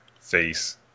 face